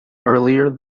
earlier